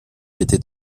était